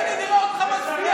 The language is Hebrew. הינה, נראה אותך מצביע,